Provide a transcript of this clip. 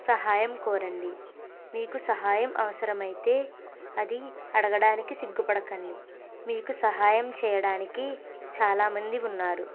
సహాయం కోరండి మీకు సహాయం అవసరమైతే అది అడగడానికి సిగ్గుపడకండి మీకు సహాయం చేయడానికి చాలామంది ఉన్నారు